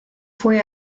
fue